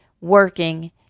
working